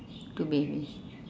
two babies